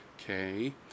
okay